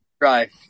drive